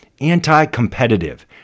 anti-competitive